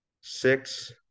six